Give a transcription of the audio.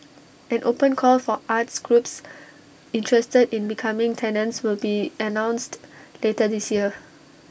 an open call for arts groups interested in becoming tenants will be announced later this year